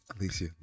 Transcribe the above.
Alicia